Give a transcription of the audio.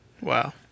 Wow